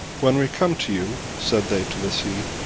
when we come to you, said they to the sea,